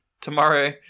tomorrow